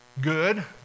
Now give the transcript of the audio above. good